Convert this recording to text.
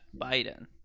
Biden